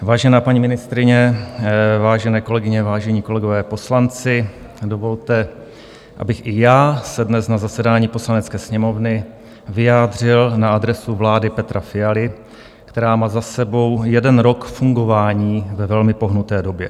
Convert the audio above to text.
Vážená paní ministryně, vážené kolegyně, vážení kolegové poslanci, dovolte, abych i já se dnes na zasedání Poslanecké sněmovny vyjádřil na adresu vlády Petra Fialy, která má za sebou jeden rok fungování ve velmi pohnuté době.